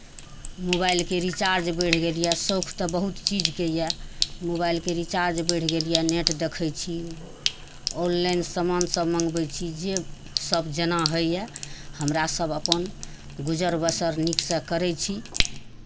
मोबाइलके रिचार्ज बढ़ि गेल यए शौक तऽ बहुत चीजके यए मोबाइलके रिचार्ज बढ़ि गेल यए नेट देखै छी ऑनलाइन सामानसभ मङ्गबै छी जे सभ जेना होइए हमरा सभ अपन गुजर बसर नीकसँ करै छी